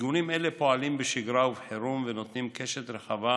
ארגונים אלה פועלים בשגרה ובחירום ונותנים קשת רחבה